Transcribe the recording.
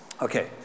Okay